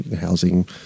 housing